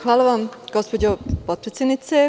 Hvala vam, gospođo potpredsednice.